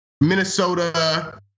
Minnesota